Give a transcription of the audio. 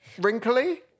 wrinkly